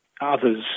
others